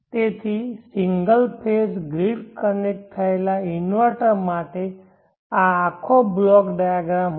તેથી single phase grid connect થયેલ inverter માટે આ આખો બ્લોક ડાયાગ્રામ હશે